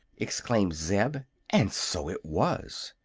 exclaimed zeb and so it was.